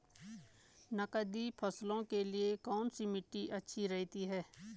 नकदी फसलों के लिए कौन सी मिट्टी अच्छी रहती है?